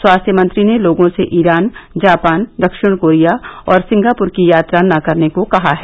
स्वास्थ्य मंत्री ने लोगों से ईरान जापान दक्षिण कोरिया और सिंगापुर की यात्रा न करने को कहा है